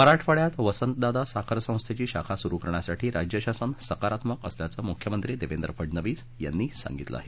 मराठवाड्यात वसंतदादा साखर संस्थेची शाखा सुरू करण्यासाठी राज्य शासन सकारात्मक असल्याचं मुख्यमंत्री देवेंद्र फडणवीस यांनी सांगितलं आहे